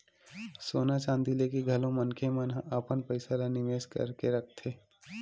सोना चांदी लेके घलो मनखे मन ह अपन पइसा ल निवेस करके रखथे